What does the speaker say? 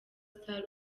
star